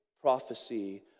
prophecy